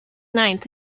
ninth